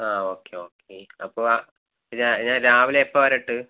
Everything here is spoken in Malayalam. ആ ഓക്കെ ഓക്കെ അപ്പോൾ ഞാൻ രാവിലെ എപ്പവരട്ട്